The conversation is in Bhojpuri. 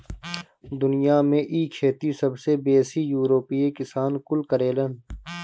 दुनिया में इ खेती सबसे बेसी यूरोपीय किसान कुल करेलन